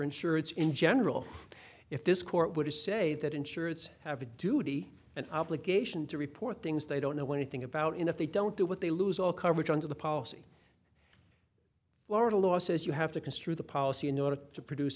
insurance in general if this court were to say that insure it's have a duty and obligation to report things they don't know anything about in if they don't do what they lose all coverage under the policy florida law says you have to construe the policy in order to produce